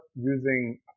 using